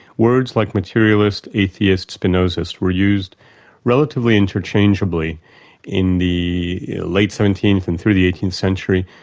words like materialist atheist, spinozist were used relatively interchangeably in the late seventeenth and through the eighteenth century,